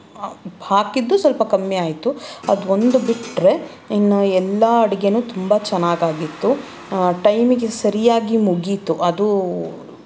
ಉಪ್ಪು ಹಾಕಿದ್ದು ಸ್ವಲ್ಪ ಕಮ್ಮಿ ಆಯಿತು ಅದು ಒಂದು ಬಿಟ್ಟರೆ ಇನ್ನು ಎಲ್ಲ ಅಡುಗೇನೂ ತುಂಬ ಚೆನ್ನಾಗಿ ಆಗಿತ್ತು ಟೈಮಿಗೆ ಸರಿಯಾಗಿ ಮುಗೀತು ಅದು